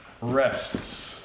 rests